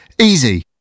Easy